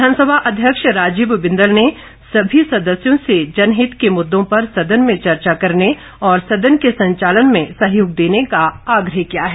विधानसभा अध्यक्ष राजीव बिंदल ने सभी सदस्यों से जनहित के मुद्दों पर सदन में चर्चा करने और सदन के संचालन में सहयोग देने का आग्रह किया है